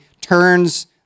turns